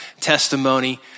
testimony